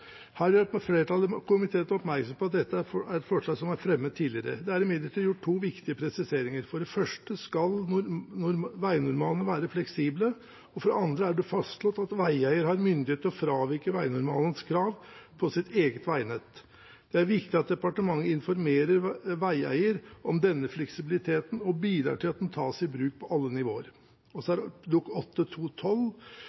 Her gjør flertallet i komiteen oppmerksom på at dette er et forslag som er blitt fremmet tidligere. Det er imidlertid gjort to viktige presiseringer: For det første skal veinormalene være fleksible, og for det andre er det fastslått at veieier har myndighet til å fravike veinormalens krav på sitt eget veinett. Det er viktig at departementet informerer veieier om denne fleksibiliteten og bidrar til at den tas i bruk på alle nivåer.